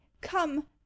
come